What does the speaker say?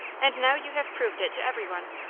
and now you have proved it to everyone.